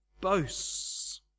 boasts